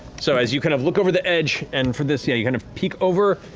so as you kind of look over the edge, and for this, yeah, you kind of peek over,